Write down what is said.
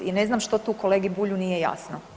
I ne znam što tu kolegi Bulju nije jasno.